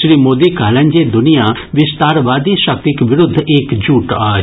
श्री मोदी कहलनि जे दुनिया विस्तारवादी शक्तिक विरूद्ध एकजुट अछि